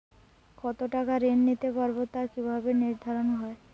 কতো টাকা ঋণ নিতে পারবো তা কি ভাবে নির্ধারণ হয়?